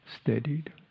steadied